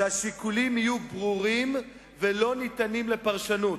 יהיו ברורים ולא ניתנים לפרשנות.